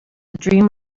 dream